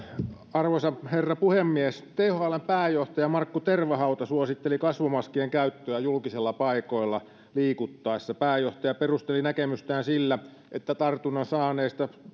arvoisa herra puhemies thln pääjohtaja markku tervahauta suositteli kasvomaskien käyttöä julkisilla paikoilla liikuttaessa pääjohtaja perusteli näkemystään sillä että tartunnan saaneista